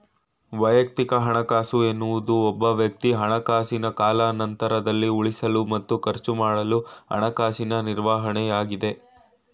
ವೈಯಕ್ತಿಕ ಹಣಕಾಸು ಎನ್ನುವುದು ಒಬ್ಬವ್ಯಕ್ತಿ ಹಣಕಾಸಿನ ಕಾಲಾನಂತ್ರದಲ್ಲಿ ಉಳಿಸಲು ಮತ್ತು ಖರ್ಚುಮಾಡಲು ಹಣಕಾಸಿನ ನಿರ್ವಹಣೆಯಾಗೈತೆ